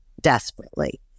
desperately